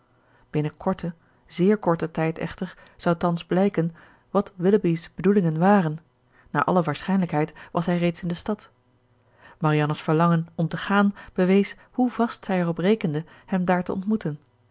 binnen korten zéér korten tijd echter zou thans blijken wat willoughby's bedoelingen waren naar alle waarschijnlijkheid was hij reeds in de stad marianne's verlangen om te gaan bewees hoe vast zij erop rekende hem daar te ontmoeten